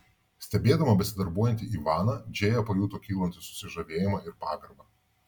stebėdama besidarbuojantį ivaną džėja pajuto kylantį susižavėjimą ir pagarbą